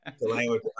language